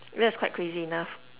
that was quite crazy enough